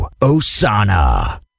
Osana